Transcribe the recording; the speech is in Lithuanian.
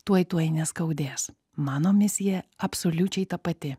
tuoj tuoj neskaudės mano misija absoliučiai ta pati